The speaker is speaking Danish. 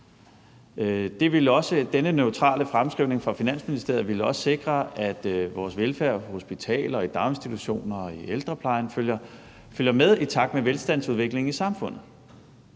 Denne neutrale fremskrivning fra Finansministeriets side ville også sikre, at vores velfærd på hospitaler, i dagsinstitutioner og i ældreplejen følger med og sker i takt med velstandsudviklingen i samfundet.